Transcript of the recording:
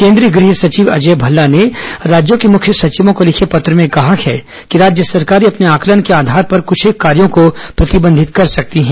केन्द्रीय गृह सचिव अजय भल्ला ने राज्यों के मुख्य सचिवों को लिखे पत्र में कहा है कि राज्य सरकारें अपने आंकलन के आधार पर कृष्ठेक कार्यों को प्रतिबंधित कर सकती हैं